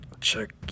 check